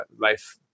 life